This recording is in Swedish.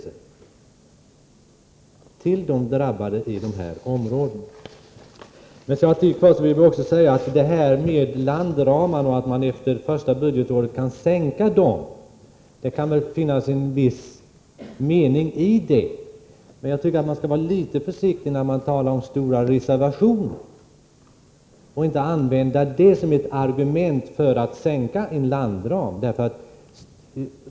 Jag vill också säga att det kan finnas ett visst fog för att efter första budgetåret sänka landramarna. Men man skall vara litet försiktig när man talar om stora reservationer och inte använda dem som argument för att sänka en landram.